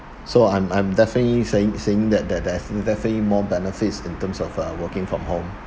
so I'm I'm definitely saying saying that they're def~ definitely more benefits in terms of uh working from home